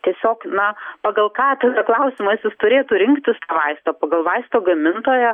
tiesiog na pagal ką tada klausimas jis turėtų rinktis vaistą pagal vaisto gamintoją